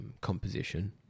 composition